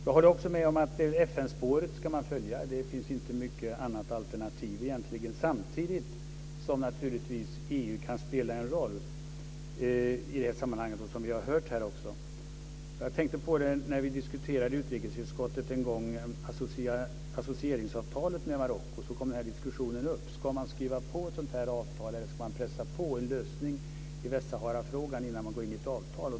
Jag håller också med om att man ska följa FN spåret. Det finns egentligen inte några andra alternativ. Samtidigt kan naturligtvis EU spela en roll i det sammanhanget, vilket vi här har hört. En gång när diskuterade vi i utrikesutskottet diskuterade associeringsavtalet med Marocko så kom den här diskussionen upp, om man skulle skriva på ett sådant avtal eller om man skulle pressa på om en lösning i Västsaharafrågan innan man går in i ett avtal.